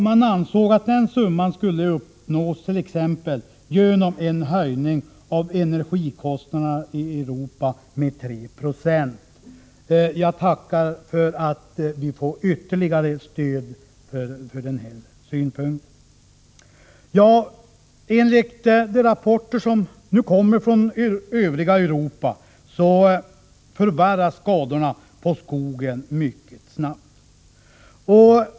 Man ansåg att den summan skulle uppnås t.ex. genom en höjning av energikostnaderna i Europa med 390. Jag tackar för att vi får ytterligare stöd för den här synpunkten. Enligt de rapporter som nu kommer från övriga Europa förvärras skadorna på skogen mycket snabbt.